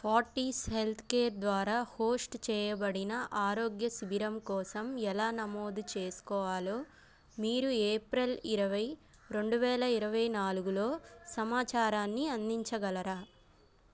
forties healthcare ద్వారా host చేయబడిన ఆరోగ్య శిబిరం కోసం ఎలా నమోదు చేసుకోవాలో మీరు ఏప్రిల్ ఇరవై రెండు వేల ఇరవై నాలుగులో సమాచారాన్ని అందించగలరా